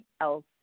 else